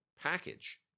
package